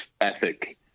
ethic